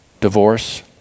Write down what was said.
divorce